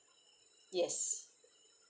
yes